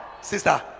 sister